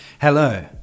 Hello